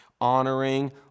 honoring